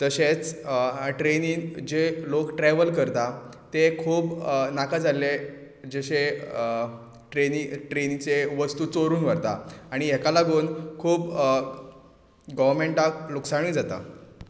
तशेंच ट्रेनीन जे लोक ट्रॅवल करतात ते खूब नाका जाल्ले जशे ट्रेनीच्यो वस्तू चोरून व्हरता आनी हाका लागून खूब गोवोमँटाक लुकसाणूय जाता